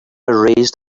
erased